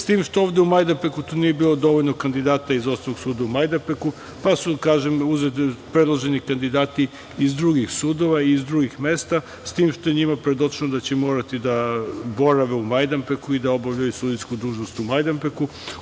s tim što ovde u Majdanpeku nije bilo dovoljno kandidata iz Osnovnog suda u Majdanpeku pa su predloženi kandidati iz drugih sudova i drugih mesta, s tim što je njima predočeno da će morati da borave u Majdanpeku i da obavljaju sudijsku dužnost u Majdanpeku.